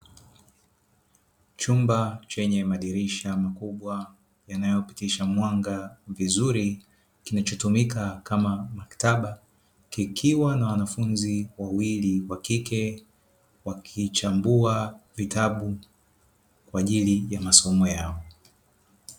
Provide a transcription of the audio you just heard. Chumba chenye madirisha makubwa yanayopitisha mwanga vizuri kinachotumika kama maktaba, kikiwa na wanafunzi wawili wa kike wanaochambua vitabu kwa ajili ya masomo yao.